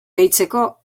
deitzeko